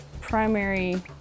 primary